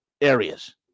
areas